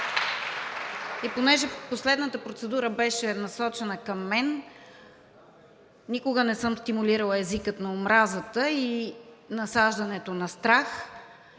И понеже последната процедура беше насочена към мен, никога не съм стимулира езика на омразата и насаждането на страх.